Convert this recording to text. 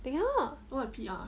they cannot